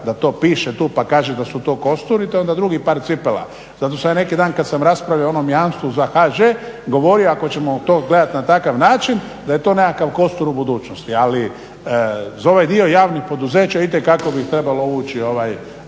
da to piše tu pa kaže da su to kosturi to je onda drugi par cipela. Zato sam ja neki dan kad sam raspravljao o onom jamstvu za HŽ govorio ako ćemo to gledati na takav način da je to nekakav kostur u budućnosti, ali za ovaj dio javnih poduzeća itekako bi trebalo ući ovaj